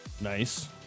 Nice